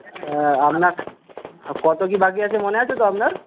হ্যাঁ আপনার কত কি বাকি আছে মনে আছে তো আপনার